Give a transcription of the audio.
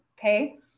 Okay